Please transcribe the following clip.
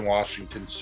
Washington